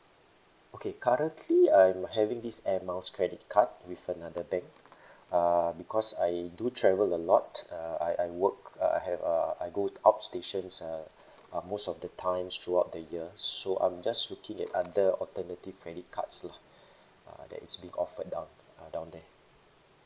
okay currently I'm having this air miles credit card with another bank uh because I do travel a lot uh I I work uh I have uh I go outstations uh uh most of the times throughout the year so I'm just looking at other alternative credit cards lah uh that is been offered down uh down there